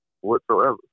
whatsoever